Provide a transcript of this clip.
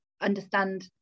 understand